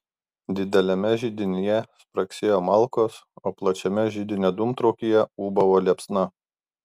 dideliame židinyje spragsėjo malkos o plačiame židinio dūmtraukyje ūbavo liepsna